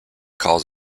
calls